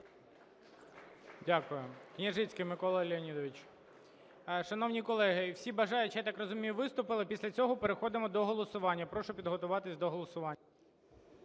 Дякую. Княжицький Микола Леонідович. Шановні колеги, всі бажаючі, я так розумію, виступили. Після цього переходимо до голосування. Прошу підготуватись до голосування.